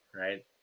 Right